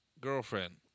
girlfriend